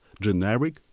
generic